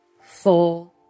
four